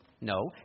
No